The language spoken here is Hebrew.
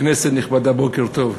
כנסת נכבדה, בוקר טוב,